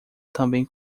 também